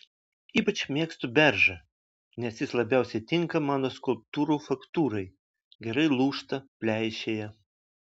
ypač mėgstu beržą nes jis labiausiai tinka mano skulptūrų faktūrai gerai lūžta pleišėja